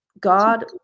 God